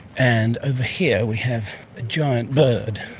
and over here we have a giant bird.